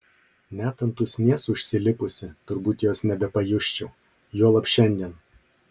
net ant usnies užsilipusi turbūt jos nebepajusčiau juolab šiandien